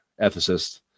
ethicist